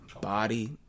body